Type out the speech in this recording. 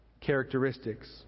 characteristics